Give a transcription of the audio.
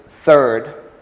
third